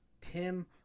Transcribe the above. Tim